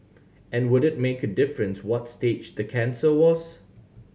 and would it make a difference what stage the cancer was